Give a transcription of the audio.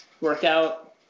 workout